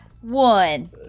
one